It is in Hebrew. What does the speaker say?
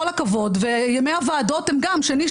וימי הוועדות גם הן שני,